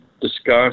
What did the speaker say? discuss